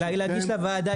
לא, להגיש לוועדה.